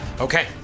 Okay